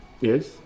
Yes